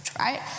right